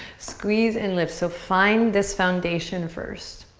squeeze and lift so find this foundation first.